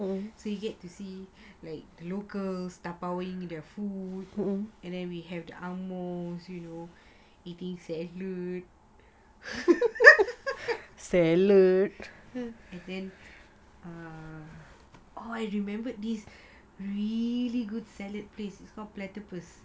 so you get to see locals dabaoing their food and then we have the ang mohs you know eating salad and then err oh I remembered this really good salad place it's called platypus